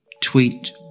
tweet